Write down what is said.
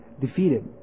defeated